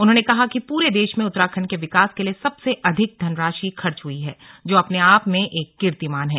उन्होंने कहा कि पूरे देश में उत्तराखंड के विकास के लिए सबसे अधिक धनराशि खर्च हुई है जो अपने आप मे एक कीर्तिमान है